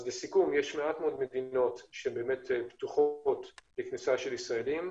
אז לסיכום יש מעט מאוד מדינות שפתוחות לכניסה של ישראלים.